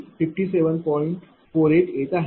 48 येत आहे